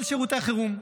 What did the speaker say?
כל שירותי החירום.